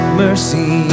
mercy